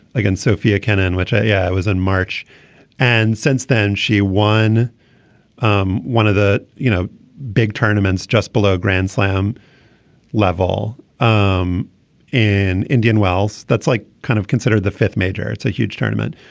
again sophia cannon which ah yeah was in march and since then she won um one of the you know big tournaments just below grand slam level um in indian wells. that's like kind of considered the fifth major. it's a huge tournament.